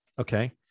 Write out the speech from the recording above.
Okay